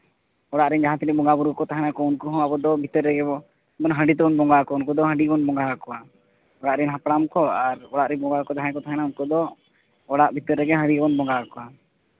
ᱚᱲᱟᱜ ᱨᱮᱱ ᱡᱟᱦᱟᱸ ᱛᱤᱱᱟᱹᱜ ᱵᱚᱸᱜᱟᱼᱵᱩᱨᱩ ᱠᱚ ᱛᱟᱦᱮᱱᱟ ᱠᱚ ᱩᱱᱠᱩ ᱦᱚᱸ ᱟᱵᱚ ᱫᱚ ᱵᱷᱤᱛᱟᱹᱨ ᱨᱮᱜᱮ ᱵᱚ ᱢᱟᱱᱮ ᱦᱟᱺᱰᱤ ᱛᱮᱵᱚᱱ ᱵᱚᱸᱜᱟ ᱟᱠᱚᱣᱟ ᱩᱱᱠᱩ ᱫᱚ ᱦᱟᱺᱰᱤ ᱵᱚᱱ ᱵᱚᱸᱜᱟ ᱟᱠᱚᱣᱟ ᱚᱲᱟᱜ ᱨᱮᱱ ᱦᱟᱯᱲᱟᱢ ᱠᱚ ᱟᱨ ᱚᱲᱟᱜ ᱨᱮᱱ ᱵᱚᱸᱜᱟ ᱠᱚ ᱡᱟᱦᱟᱸᱭ ᱠᱚ ᱛᱟᱦᱮᱱᱟ ᱩᱱᱠᱩ ᱫᱚ ᱚᱲᱟᱜ ᱵᱷᱤᱛᱟᱹᱨ ᱨᱮᱜᱮ ᱦᱟᱺᱰᱤ ᱵᱚᱱ ᱵᱚᱸᱜᱟ ᱟᱠᱚᱣᱟ